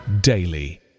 daily